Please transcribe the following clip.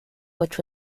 which